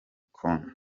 kone